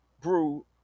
brew